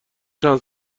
چند